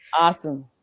Awesome